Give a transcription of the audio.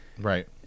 right